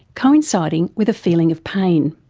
coinciding with a feeling of pain.